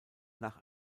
nach